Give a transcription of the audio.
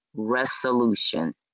Resolution